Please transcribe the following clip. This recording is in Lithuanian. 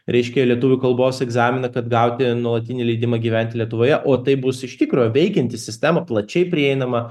reiškia lietuvių kalbos egzaminą kad gauti nuolatinį leidimą gyventi lietuvoje o tai bus iš tikro veikianti sistema plačiai prieinama